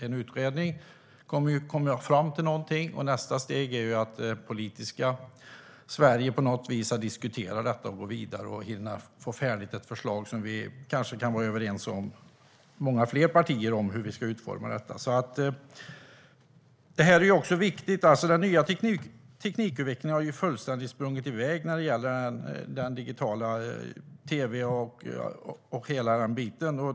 En utredning kommer att komma fram till någonting. Nästa steg är att det politiska Sverige på något vis diskuterar det och går vidare med det. Det handlar om att hinna få ett färdigt förslag. Många fler partier kanske kan vara överens om hur detta ska utformas. Det här är också viktigt. Teknikutvecklingen har fullständigt sprungit iväg när det gäller digital tv och hela den biten.